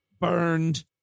burned